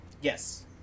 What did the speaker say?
Yes